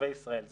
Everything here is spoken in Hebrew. לתושבי ישראל.